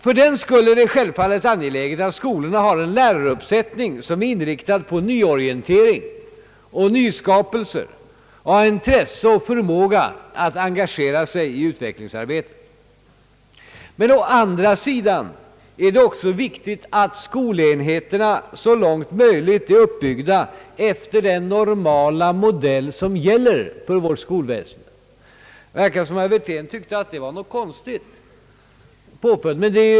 För den skull är det självfallet angeläget att skolorna har en läraruppsättning, som är inriktad på nyorientering och nyskapande och som har intresse och förmåga att engagera sig i utvecklingsarbete. Å andra sidan är det också viktigt, att skolenheterna så långt det är möjligt är uppbyggda efter den normala modell som gäller för vårt skolväsende. Det verkar som om herr Wirtén tyckte att det var något konstigt.